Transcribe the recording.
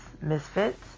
Misfits